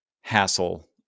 hassle